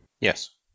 Yes